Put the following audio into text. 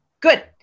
good